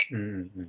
mm